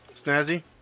Snazzy